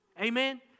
Amen